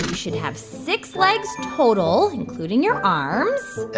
um should have six legs total, including your arms.